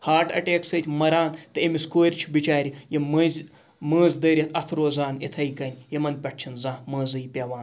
heart attack سۭتۍ مَران تہٕ أمِس کورِ چھِ بِچارِ یِم مٔنٛزۍ مٲنٛز دٲرِتھ اَتھٕ روزان اِتھَے کٔنۍ یِمَن پٮ۪ٹھ چھِنہٕ زانٛہہ مٲنٛزٕے پٮ۪وان